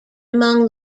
among